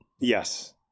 Yes